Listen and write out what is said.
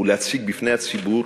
ולהציג בפני הציבור